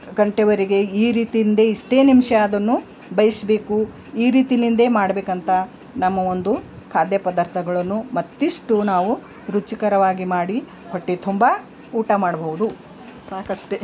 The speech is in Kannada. ಗಂಟೆವರೆಗೆ ಈ ರೀತಿಂದೆ ಇಷ್ಟೇ ನಿಮಿಷ ಅದನ್ನು ಬೇಯಿಸ್ಬೇಕು ಈ ರೀತಿಯಿಂದೇ ಮಾಡಬೇಕಂತ ನಮ್ಮ ಒಂದು ಖಾದ್ಯ ಪದಾರ್ಥಗಳನ್ನು ಮತ್ತಷ್ಟು ನಾವು ರುಚಿಕರವಾಗಿ ಮಾಡಿ ಹೊಟ್ಟೆ ತುಂಬ ಊಟ ಮಾಡಬಹುದು ಸಾಕು ಅಷ್ಟೇ